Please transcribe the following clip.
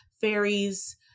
fairies